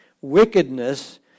wickedness